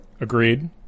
Agreed